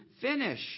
finish